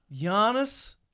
Giannis